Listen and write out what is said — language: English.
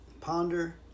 ponder